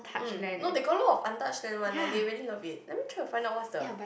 mm no they got a lot of untouched land one like they really have it let me try out find what's the